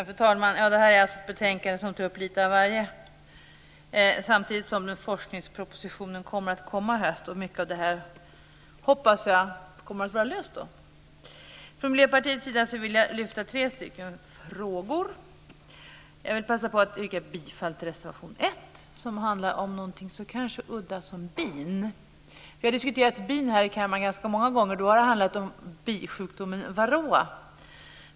Fru talman! Det här är alltså ett betänkande som tar upp litet av varje. När forskningspropositionen kommer i höst hoppas jag att mycket av detta kommer att vara löst. Från Miljöpartiets sida vill jag lyfta fram tre frågor. Jag vill passa på att yrka bifall till reservation 1, som handlar om något kanske så udda som bin. Vi har diskuterat bin här i kammaren ganska många gånger. Det har då handlat om bisjukdomen varroa.